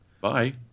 Bye